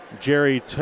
Jerry